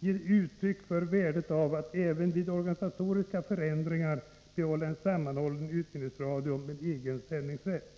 ge uttryck för värdet av att även vid organisatoriska förändringar behålla en sammanhållen utbildningsradio med egen sändningsrätt.